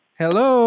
hello